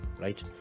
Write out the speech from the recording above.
right